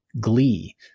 glee